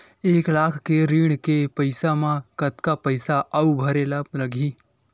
एक लाख के ऋण के पईसा म कतका पईसा आऊ भरे ला लगही?